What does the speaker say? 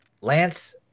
Lance